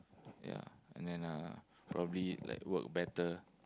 ya and then uh probably like work better